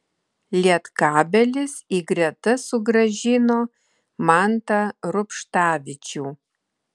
lietkabelis į gretas sugrąžino mantą rubštavičių